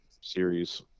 series